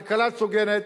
כלכלה הוגנת,